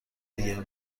دیگه